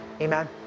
amen